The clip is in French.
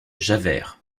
javert